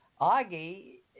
Augie